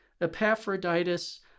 Epaphroditus